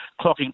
clocking